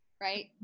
right